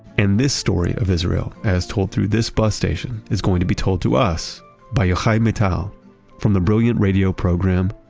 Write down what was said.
and this story of israel as told through this bus station is going to be told to us by yochai maital from the brilliant radio program,